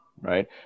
Right